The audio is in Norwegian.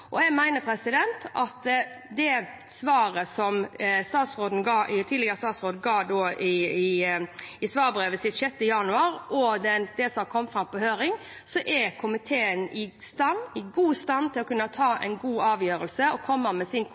og i veldig spesielle situasjoner. Det er en praksis som også har blitt brukt fra andre regjeringer. Jeg mener at med svaret som den tidligere statsråden ga i svarbrevet sitt den 6. januar, og med det som har kommet fram på høring, er komiteen i god stand til å kunne ta en god avgjørelse og komme med sin